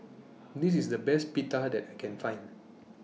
This IS The Best Pita that I Can Find